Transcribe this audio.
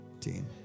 team